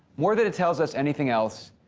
more than it tells us anything else,